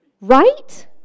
Right